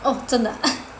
oh 真的啊